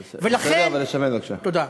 בסדר, אבל, תודה.